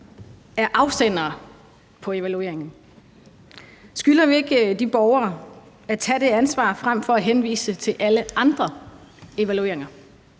som afsendere af evalueringen. Skylder vi ikke de borgere at tage det ansvar frem for at henvise til alle andre evalueringer?